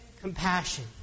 compassion